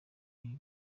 z’iyi